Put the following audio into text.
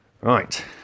Right